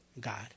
God